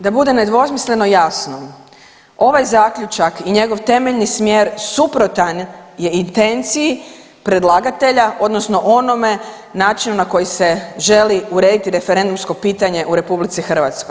Da bude nedvosmisleno jasno, ovaj zaključak i njegov temeljni smjer suprotan je intenciji predlagatelja odnosno onome načinu na koji se želi urediti referendumsko pitanje u RH.